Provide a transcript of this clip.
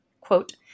quote